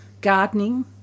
gardening